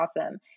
awesome